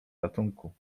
ratunku